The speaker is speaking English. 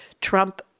Trump